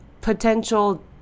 potential